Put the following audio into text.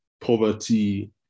poverty